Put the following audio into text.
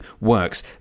works